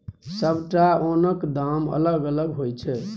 सबटा ओनक दाम अलग अलग होइ छै